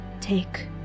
Take